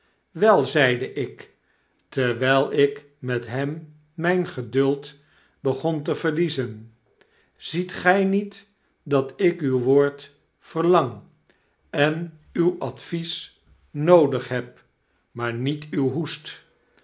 weir zeide ik terwyl ik met hem myn geduld begon te verliezen ziet gy niet dat ik uw woord verlang en uw advies noodig heb maar niet uw hoest